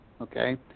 okay